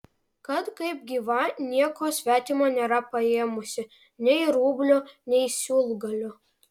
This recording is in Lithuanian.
kad kaip gyva nieko svetimo nėra paėmusi nei rublio nei siūlgalio